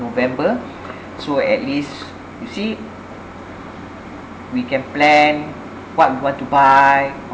in november so at least you see we can plan what we want to buy